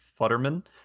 Futterman